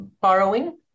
borrowing